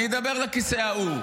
אני אדבר לכיסא ההוא.